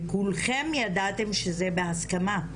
וכולכם ידעתם שזה בהסכמה.